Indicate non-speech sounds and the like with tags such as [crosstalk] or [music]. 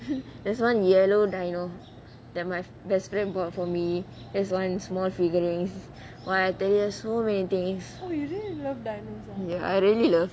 [laughs] there's one yellow dinosaur that my best friend bought for me there's one small figurine !wah! I tell you so many things ya I really love